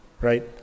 Right